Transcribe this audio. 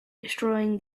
destroying